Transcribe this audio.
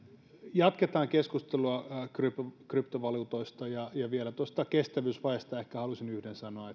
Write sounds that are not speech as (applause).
jatketaan keskustelua kryptovaluutoista vielä tuosta kestävyysvajeesta ehkä haluaisin yhden sanoa (unintelligible)